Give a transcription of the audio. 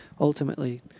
ultimately